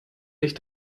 sich